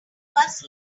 first